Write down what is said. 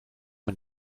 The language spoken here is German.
man